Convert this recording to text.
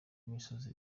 imisozi